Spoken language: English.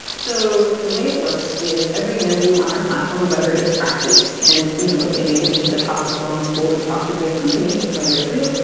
so the way it works is every interview on our platform, whether it's practice and you know if you make it into the top performer pool and talk to real companies, whether it's real,